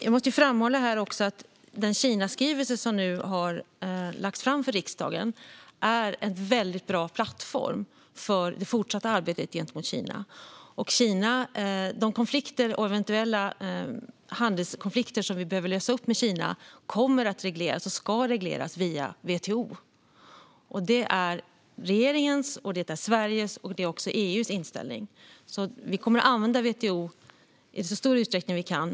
Jag måste framhålla här att den Kinaskrivelse som nu har lagts fram till riksdagen är en väldigt bra plattform för det fortsatta arbetet gentemot Kina. De konflikter och eventuella handelskonflikter som vi behöver lösa med Kina kommer att regleras och ska regleras via WTO. Det är regeringens, Sveriges och också EU:s inställning. Vi kommer att använda WTO i så stor utsträckning som möjligt.